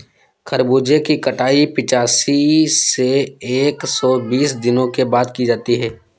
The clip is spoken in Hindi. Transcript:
खरबूजे की कटाई पिचासी से एक सो बीस दिनों के बाद की जाती है